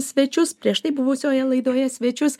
svečius prieš tai buvusioje laidoje svečius